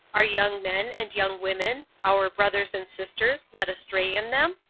are young men and young women, our brothers and sisters led astray in them?